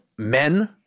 men